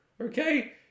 Okay